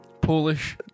Polish